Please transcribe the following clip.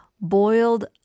boiled